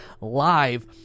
live